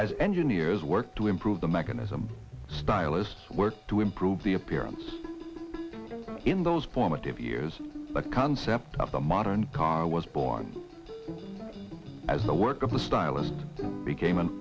as engineers work to improve the mechanism stylists work to improve the appearance in those formative years the concept of the modern car was born as the work of the stylist became an